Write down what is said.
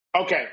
Okay